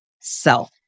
self